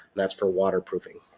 that's for waterproofing.